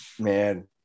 man